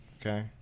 Okay